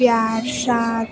પ્યાર સાથ